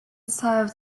served